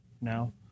now